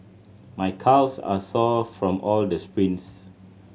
my calves are sore from all the sprints